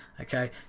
okay